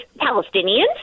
Palestinians